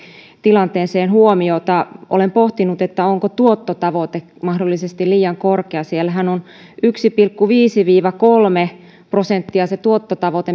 tilanteeseen huomiota olen pohtinut onko tuottotavoite mahdollisesti liian korkea siellähän tuottotavoite on yksi pilkku viisi viiva kolme prosenttia